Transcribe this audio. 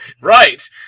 Right